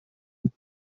you